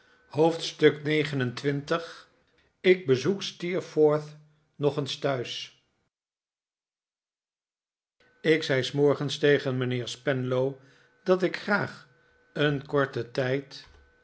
hoofdstuk xxix ik bezoek steerforth nog eens thuis ik zei s morgens tegen mijnheer spenlow dat ik graag een korteri tijd